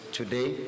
today